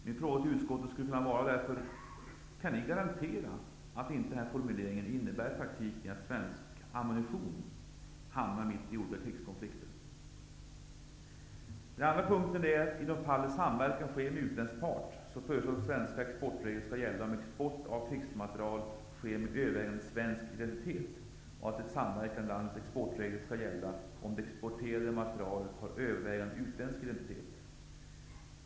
Min fråga till utskottet blir: Kan ni garantera att den här formuleringen inte i praktiken innebär att svensk ammunition hamnar mitt i olika krigskonflikter? Det andra området gäller de fall där samverkan sker med utländsk part. Där föreslås att svenska exportregler skall gälla för export av krigsmaterial sker med övervägande svensk identitet och att det samverkande landets exportregler skall gälla om det exporterade materialet har övervägande utländsk identitet.